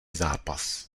zápas